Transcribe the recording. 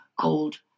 called